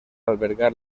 albergar